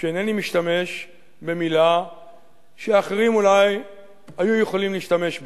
שאינני משתמש במלה שאחרים אולי היו יכולים להשתמש בה.